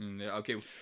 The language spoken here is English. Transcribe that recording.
okay